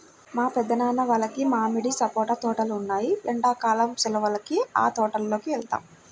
మా పెద్దనాన్న వాళ్లకి మామిడి, సపోటా తోటలు ఉన్నాయ్, ఎండ్లా కాలం సెలవులకి ఆ తోటల్లోకి వెళ్తాం